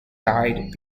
died